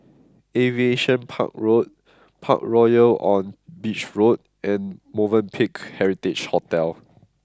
Aviation Park Road Parkroyal on Beach Road and Movenpick Heritage Hotel